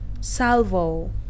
Salvo